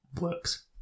works